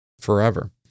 forever